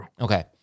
Okay